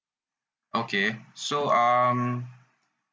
okay so um